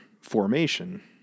formation